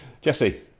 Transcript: Jesse